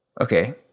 Okay